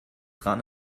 dran